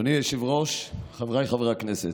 אדוני היושב-ראש, חבריי חברי הכנסת,